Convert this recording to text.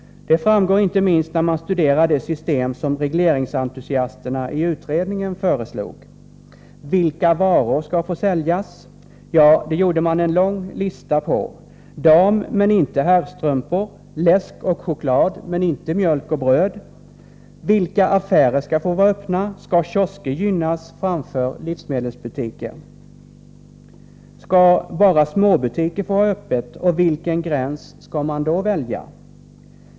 Detta framgår inte minst när man studerar det system som regleringsentusiasterna i utredningen föreslog: — Vilka varor skall få säljas? Ja, det gjorde man en lång lista på: Dam-, men inte herrstrumpor, läsk och choklad, men inte mjölk och bröd. — Vilka affärer skall få vara öppna? Skall kiosker gynnas framför livsmedelsbutiker? — Skall bara småbutiker få ha öppet, och vilken gräns skall man då välja?